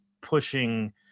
pushing